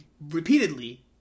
repeatedly